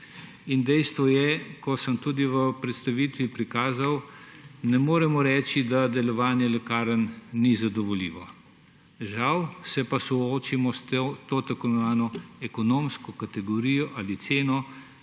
Dejstvo je, kot sem tudi v predstavitvi prikazal, da ne moremo reči, da delovanje lekarn ni zadovoljivo. Žal se pa soočimo s to tako imenovano ekonomsko kategorijo ali ceno,